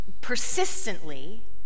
persistently